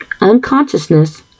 unconsciousness